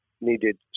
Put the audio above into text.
needed